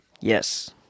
yes